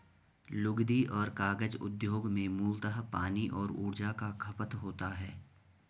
लुगदी और कागज उद्योग में मूलतः पानी और ऊर्जा का खपत होता है